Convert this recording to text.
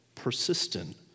persistent